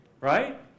Right